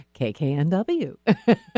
kknw